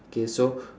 okay so